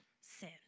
sin